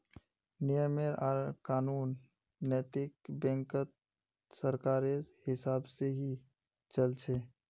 नियम आर कानून नैतिक बैंकत सरकारेर हिसाब से ही चल छ